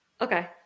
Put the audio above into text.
okay